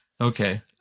Okay